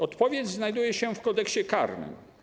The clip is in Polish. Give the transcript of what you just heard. Odpowiedź znajduje się w Kodeksie karnym.